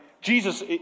Jesus